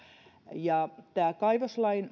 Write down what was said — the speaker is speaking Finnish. siinä kaivoslain